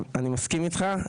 אני מסכים איתך,